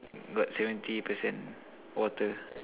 got seventy percent water